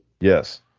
Yes